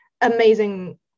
amazing